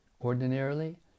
Ordinarily